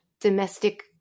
domestic